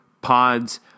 pods